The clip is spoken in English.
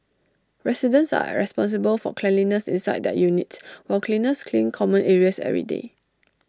residents are responsible for cleanliness inside their units while cleaners clean common areas every day